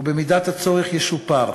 ובמידת הצורך ישופר.